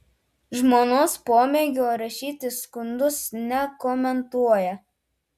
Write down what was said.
žmonos pomėgio rašyti skundus nekomentuoja